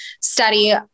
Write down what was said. study